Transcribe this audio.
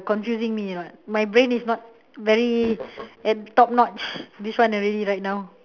confusing me or not my brain is not very at top notch this one already right now